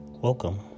Welcome